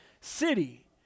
city